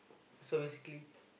so basically